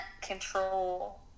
control